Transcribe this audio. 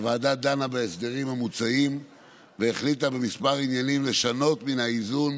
הוועדה דנה בהסדרים המוצעים והחליטה בכמה עניינים לשנות מן האיזון